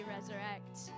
resurrect